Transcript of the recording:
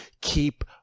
keep